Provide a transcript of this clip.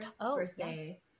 birthday